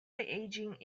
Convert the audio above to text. aging